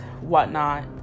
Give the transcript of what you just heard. whatnot